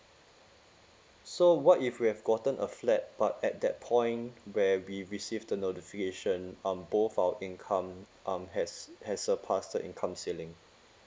so what if we have gotten a flat but at that point where we receive the notification um both our income um has has surpass the income ceiling